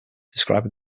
describing